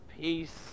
peace